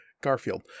Garfield